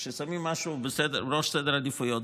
כששמים משהו בראש סדר העדיפויות,